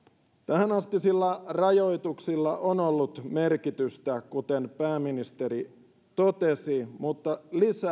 tähänastisilla rajoituksilla on ollut merkitystä kuten pääministeri totesi mutta lisää